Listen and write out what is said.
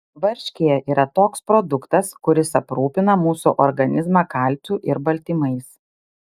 varškė yra toks produktas kuris aprūpina mūsų organizmą kalciu ir baltymais